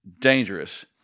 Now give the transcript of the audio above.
dangerous